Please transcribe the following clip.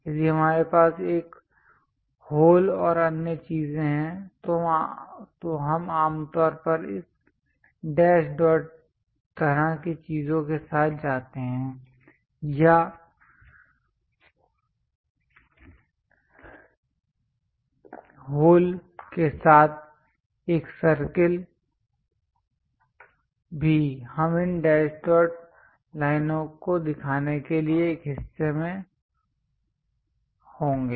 यदि हमारे पास एक होल और अन्य चीजें हैं तो हम आम तौर पर इस डैश डॉट तरह की चीजों के साथ जाते हैं या होल के साथ एक सर्कल भी हम इन डैश डॉट लाइनों को दिखाने के लिए एक हिस्से में होंगे